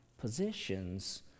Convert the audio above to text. positions